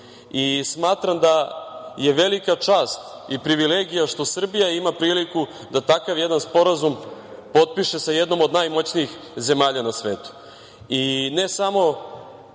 Smatram da je velika čast i privilegija što Srbija ima priliku da takav jedan sporazum potpiše sa jednom od najmoćnijih zemalja na svetu i ne samo